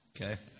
Okay